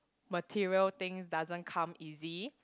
material thing doesn't come easy